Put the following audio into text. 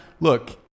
Look